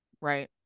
Right